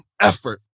effort